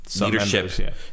Leadership